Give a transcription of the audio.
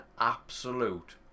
absolute